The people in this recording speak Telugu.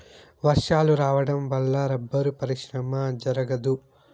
వర్షాలు రావడం వల్ల రబ్బరు పరిశ్రమ జరగదు